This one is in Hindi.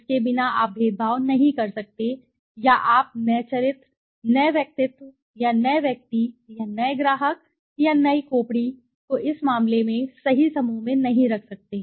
इसके बिना आप भेदभाव नहीं कर सकते या आप नए चरित्र नए व्यक्तित्व या नए व्यक्ति या नए ग्राहक या नए खोपड़ी को इस मामले में सही समूह में नहीं रख सकते